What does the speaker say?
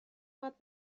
باید